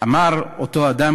אמר אותו אדם,